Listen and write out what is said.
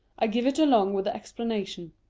i give it along with the explanation.